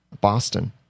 Boston